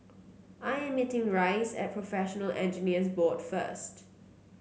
I am meeting Rice at Professional Engineers Board first